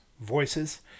voices